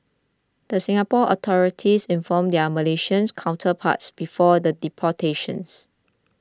the Singapore authorities informed their Malaysian counterparts before the deportation